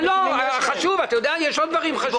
אתה יודע, יש עוד דברים חשובים.